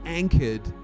anchored